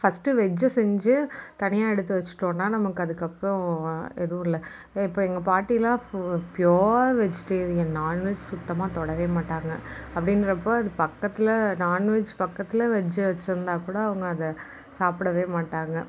first வெஜ்ஜை செஞ்சு தனியாக எடுத்து வச்சிட்டோம்னா நமக்கு அதுக்கப்புறம் எதுவும் இல்லை இப்போ எங்கள் பாட்டிலாம் ஃபு ப்யூர் வெஜிட்டேரியன் நாண்வெஜ் சுத்தமாக தொடவே மாட்டாங்கள் அப்படின்றப்ப அது பக்கத்தில் நாண்வெஜ் பக்கத்தில் வெஜ்ஜை வச்சிருந்தாக் கூட அவங்க அதை சாப்பிடவே மாட்டாங்கள்